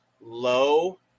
low